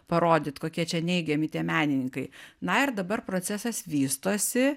parodyt kokie čia neigiami tie menininkai na ir dabar procesas vystosi